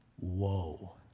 Whoa